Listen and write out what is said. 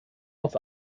auf